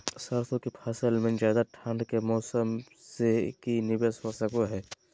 सरसों की फसल में ज्यादा ठंड के मौसम से की निवेस हो सको हय?